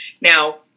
Now